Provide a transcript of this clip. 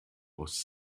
aus